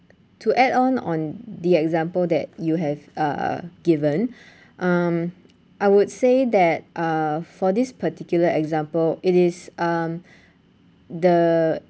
to add on on the example that you have uh given um I would say that uh for this particular example it is um the